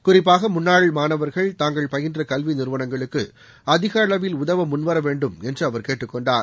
குறிப்பாக முன்னாள் மாணவர்கள் தாங்கள் பயின்ற கல்வி நிறுவனங்களுக்கு அதிக அளவில் உதவ முன்வரவேண்டும் என்று அவர் கேட்டுக்கொண்டார்